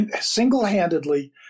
single-handedly